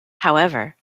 however